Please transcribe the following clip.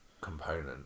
component